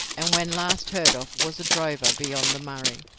and when last heard of was a drover beyond the murray.